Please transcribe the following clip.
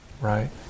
right